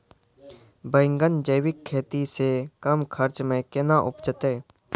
बैंगन जैविक खेती से कम खर्च मे कैना उपजते?